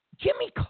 Jimmy